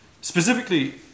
Specifically